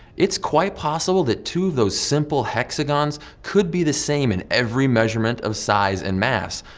it's quite possible that two of those simple hexagons could be the same in every measurement of size and mass,